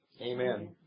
Amen